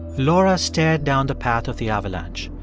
laura stared down the path of the avalanche.